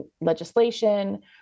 legislation